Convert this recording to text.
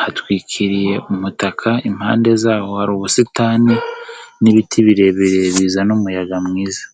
hatwikiriye umutaka impande zawo hari ubusitani n'ibiti birebire bizana umuyaga mwiza.